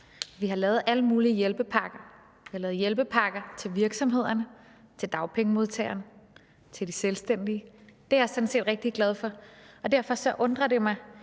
vi har lavet alle mulige hjælpepakker, vi har lavet hjælpepakker til virksomhederne, til dagpengemodtagerne, til de selvstændig. Det er jeg sådan set rigtig glad for. Og derfor undrer det mig,